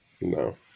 No